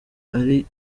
ari